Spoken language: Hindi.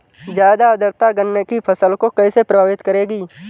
ज़्यादा आर्द्रता गन्ने की फसल को कैसे प्रभावित करेगी?